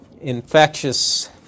infectious